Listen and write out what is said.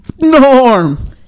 norm